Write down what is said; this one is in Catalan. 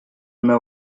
meu